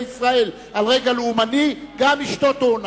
ישראל על רקע לאומני גם אשתו תוענש,